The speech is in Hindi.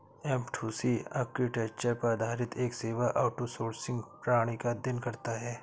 ऍफ़टूसी आर्किटेक्चर पर आधारित एक सेवा आउटसोर्सिंग प्रणाली का अध्ययन करता है